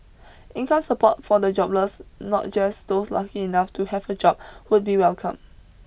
income support for the jobless not just those lucky enough to have a job would be welcome